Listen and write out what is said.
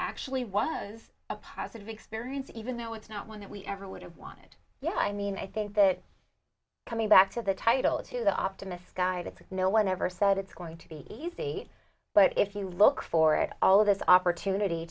actually was a positive experience even though it's not one that we ever would have wanted yeah i mean i think that coming back to the title to the optimist guide it's no one ever said it's going to be easy but if you look for it all of that opportunity